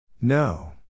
no